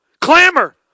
Clamor